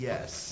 Yes